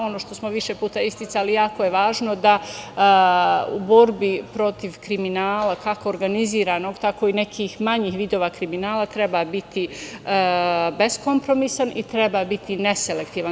Ono što smo više puta isticali, a jako je važno, u borbi protiv kriminala, kako organizovanog, tako i nekih manjih vidova kriminala, treba biti beskompromisan i treba biti neselektivan.